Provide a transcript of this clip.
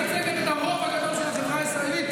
היא מייצגת את הרוב הגדול של החברה הישראלית.